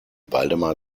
waldemar